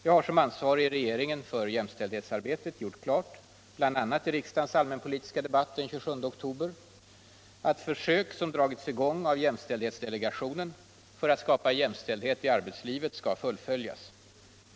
Jag har som ansvarig i regeringen för jämställdhetsarbetet gjort klart, bl.a. i riksdagens allmänpolitiska debatt den 27 oktober, att försök som dragits i gång av jämställdhetsdelegationen för att skapa jämställdhet i arbetslivet skall fullföljas.